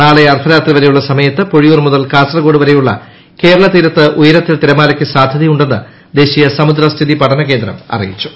നാളെ അർദ്ധ്രൃത്തി വരെയുള്ള സമയത്ത് പൊഴിയൂർ മുതൽ കാസർഗോഡ് വ്രെയുള്ള കേരള തീരത്ത് ഉയരത്തിൽ തിരമാലക്ക് സാധ്യതയുണ്ടെന്ന് ദേശീയ സമുദ്ര സ്ഥിതി പഠന കേന്ദ്രം അറിയിച്ചു